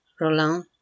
Roland